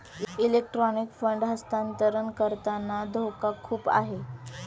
electronic fund हस्तांतरण करताना धोका खूप आहे